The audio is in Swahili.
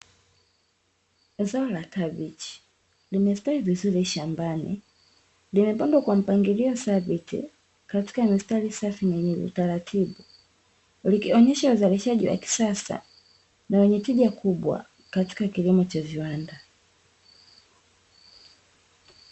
Zao la kabichi, limestawi vizuri shambani, limepandwa kwa mpangilio thabiti katika mistari safi yenye utaratibu, likionyesha uzalishaji wa kisasa na wenye tija kubwa katika kilimo cha viwanda.